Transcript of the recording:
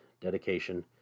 dedication